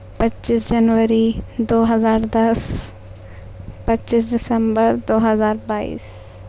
پچیس جنوری دو ہزار دس پچیس دسمبر دو ہزار بائیس